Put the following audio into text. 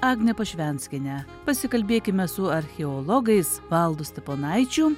agne pašvenskiene pasikalbėkime su archeologais valdu steponaičiu